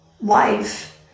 life